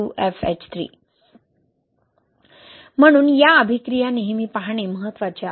32H 2FH3 म्हणून या प्रतिक्रिया नेहमी पाहणे महत्वाचे आहे